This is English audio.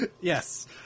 Yes